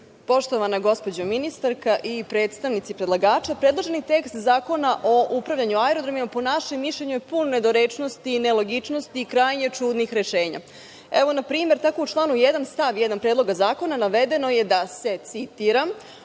Poštovana gospođo ministarka i predstavnici predlagača, predloženi tekst zakona o upravljanju aerodromima po našem mišljenju pun nedorečenosti i nelogičnosti i krajnje čudnih rešenja. Evo, na primer, tako u članu 1. stav 1. Predloga zakona navedeno je da se, citiram